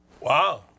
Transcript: Wow